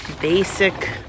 basic